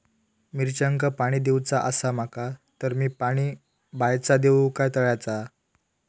मिरचांका पाणी दिवचा आसा माका तर मी पाणी बायचा दिव काय तळ्याचा?